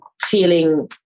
feeling